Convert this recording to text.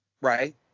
right